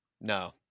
no